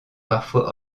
parfois